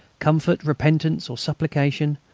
comfort, repentance, or supplication,